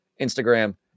Instagram